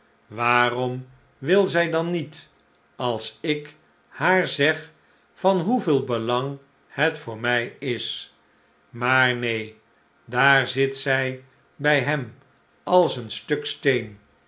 waarom wil zij dan niet als ik haar zeg van hoeveel belang het voor mij is maar neen daar zit zij bij hem als een stuk steen